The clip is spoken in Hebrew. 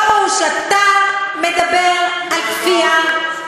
פרוש, אתה מדבר על כפייה.